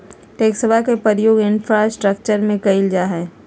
टैक्सवा के प्रयोग इंफ्रास्ट्रक्टर में कइल जाहई